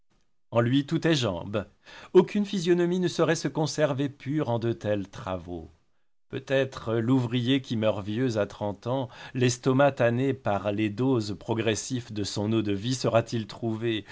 en lui tout est jambes aucune physionomie ne saurait se conserver pure en de tels travaux peut-être l'ouvrier qui meurt vieux à trente ans l'estomac tanné par les doses progressives de son eau-de-vie sera-t-il trouvé